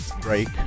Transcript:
break